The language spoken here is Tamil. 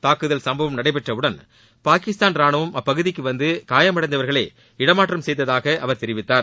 தாக்குதல் சம்பவம் நடைபெற்றவுடன் பாகிஸ்தான் ரானுவம் அப்பகுதிக்கு வந்து காயமடைந்தவர்களை இடமாற்றம் செய்ததாக அவர் தெரிவித்தார்